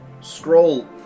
scroll